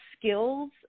skills